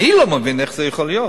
אני לא מבין איך זה יכול להיות.